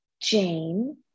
Jane